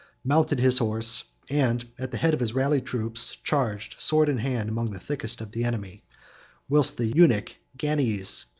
mounted his horse, and, at the head of his rallied troops, charged sword in hand among the thickest of the enemy whilst the eunuch gannys,